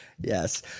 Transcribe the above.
yes